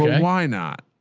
why not?